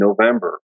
November